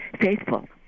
faithful